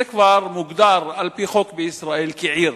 זה כבר מוגדר על-פי חוק בישראל כעיר,